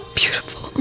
beautiful